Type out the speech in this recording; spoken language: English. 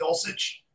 Dulcich